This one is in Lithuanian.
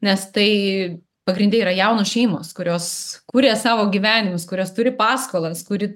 nes tai pagrinde yra jaunos šeimos kurios kuria savo gyvenimus kurios turi paskolas kuri